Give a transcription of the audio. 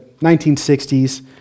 1960s